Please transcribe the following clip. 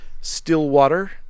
Stillwater